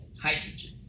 hydrogen